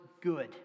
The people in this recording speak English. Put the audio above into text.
good